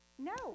No